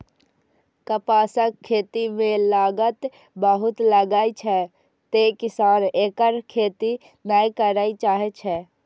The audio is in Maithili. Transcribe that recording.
कपासक खेती मे लागत बहुत लागै छै, तें किसान एकर खेती नै करय चाहै छै